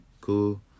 Cool